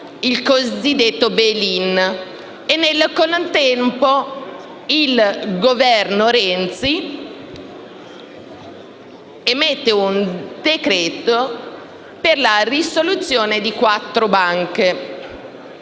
il cosiddetto *bail in*; nel contempo, il Governo Renzi emette un decreto-legge per la risoluzione di quattro banche.